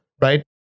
right